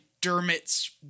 Dermot's